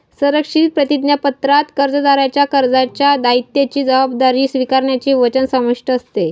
संरक्षित प्रतिज्ञापत्रात कर्जदाराच्या कर्जाच्या दायित्वाची जबाबदारी स्वीकारण्याचे वचन समाविष्ट असते